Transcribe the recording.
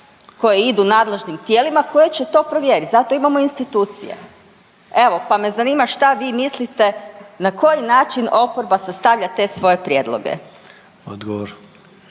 koje idu nadležnim tijelima koje će to provjerit, zato imamo institucije. Evo, pa me zanima šta vi mislite na koji način oporba sastavlja te svoje prijedloge?